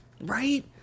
Right